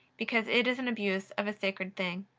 because it is an abuse of a sacred thing.